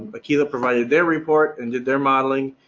aquila provided their report and did their modeling.